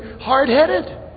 hard-headed